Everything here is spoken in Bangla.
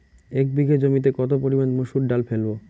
এক বিঘে জমিতে কত পরিমান মুসুর ডাল ফেলবো?